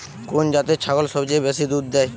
কোন জাতের ছাগল সবচেয়ে বেশি দুধ দেয়?